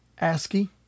ASCII